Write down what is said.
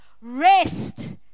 rest